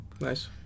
Nice